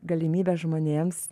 galimybę žmonėms